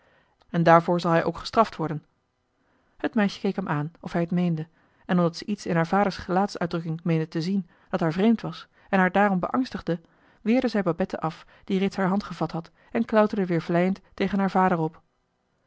en daarvoor zal hij ook gestraft worden het meisje keek hem aan of hij het meende en omdat ze iets in haars vaders gelaatsuitdrukking meende te zien dat haar vreemd was en haar daarom joh h been paddeltje de scheepsjongen van michiel de ruijter beangstigde weerde zij babette af die reeds haar hand gevat had en klauterde weer vleiend tegen haar vader op